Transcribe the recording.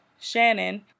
shannon